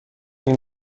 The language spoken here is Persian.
این